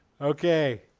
Okay